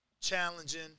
challenging